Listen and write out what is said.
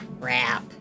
crap